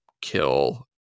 kill